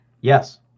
yes